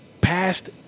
passed